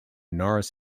norris